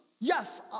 Yes